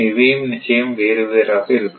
இவையும் நிச்சயமாக வெவ்வேறாக இருக்கும்